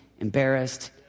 embarrassed